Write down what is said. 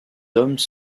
hommes